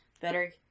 better